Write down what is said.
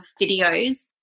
videos